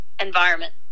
environment